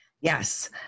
Yes